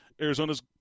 Arizona's